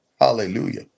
Hallelujah